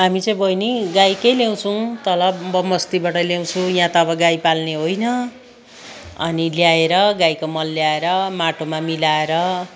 हामी चाहिँ बहिनी गाईकै ल्याउँछौँ तल ब बस्तीबाट ल्याउँछौँ यहाँ त अब गाई पाल्ने होइन अनि ल्याएर गाईको मल ल्याएर माटोमा मिलाएर